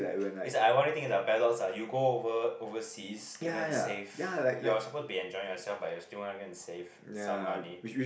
it's like paradox ah you go over overseas to go and save you're supposed to be enjoying yourself but you still want to go and save some money